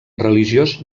religiós